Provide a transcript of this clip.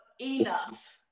enough